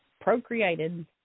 procreated